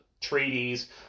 treaties